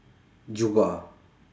jubah